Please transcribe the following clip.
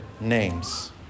names